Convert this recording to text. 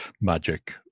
Magic